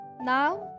Now